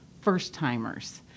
first-timers